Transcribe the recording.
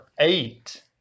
eight